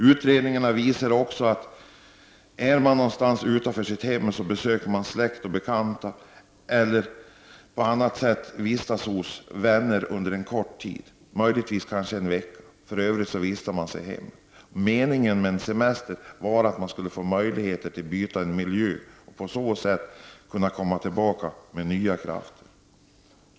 Utredningarna visar att är man någonstans utanför sitt hem så besöker man släkt och bekanta eller vistas på annat sätt hos vänner under en kort tid, möjligtvis en vecka. För övrigt vistas man i sitt hem. Meningen med semestern är ju att man skall få möjlighet att byta miljö och på så vis komma tillbaka med nya krafter.